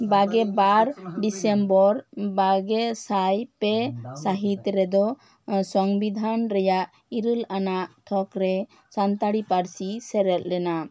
ᱵᱟᱜᱮ ᱵᱟᱨ ᱰᱤᱥᱮᱢᱵᱚᱨ ᱵᱟᱜᱮ ᱥᱟᱭ ᱯᱮ ᱥᱟᱹᱦᱤᱛ ᱨᱮᱫᱚ ᱥᱚᱝᱵᱤᱫᱷᱟᱱ ᱨᱮᱭᱟᱜ ᱤᱨᱟᱹᱞ ᱟᱱᱟᱜ ᱛᱷᱚᱠ ᱨᱮ ᱥᱟᱱᱛᱟᱲᱤ ᱯᱟᱹᱨᱥᱤ ᱥᱮᱞᱮᱫ ᱞᱮᱱᱟ